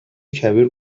کبیر